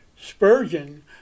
Spurgeon